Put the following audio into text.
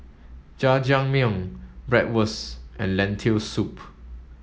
Jajangmyeon Bratwurst and Lentil soup